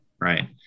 Right